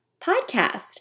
podcast